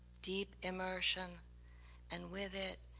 deep immersion and with it,